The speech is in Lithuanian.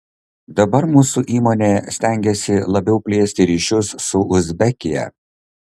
dabar mūsų įmonė stengiasi labiau plėsti ryšius su uzbekija